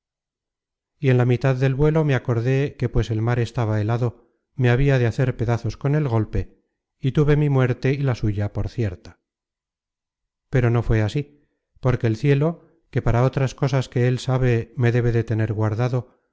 y en la mitad del vuelo me acordé que pues el mar estaba helado me habia de hacer pedazos con el golpe y tuve mi muerte y la suya por cierta pero no fue así porque el cielo que para otras cosas que él sabe me debe de tener guardado